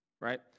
right